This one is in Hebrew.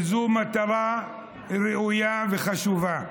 וזאת מטרה ראויה וחשובה.